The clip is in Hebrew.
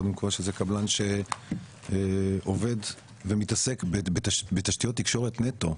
שזה קבלן שעובד ומתעסק בתשתיות תקשורת נטו.